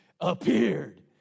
appeared